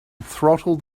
throttle